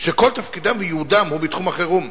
שכל תפקידם וייעודם הוא בתחום החירום.